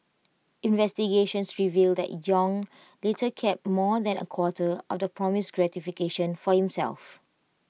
investigations revealed that Yong later kept more than A quarter of the promised gratification for himself